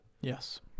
Yes